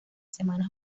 semanas